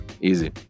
Easy